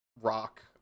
rock